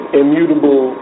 immutable